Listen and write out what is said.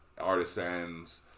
artisans